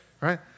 right